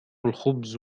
الخبز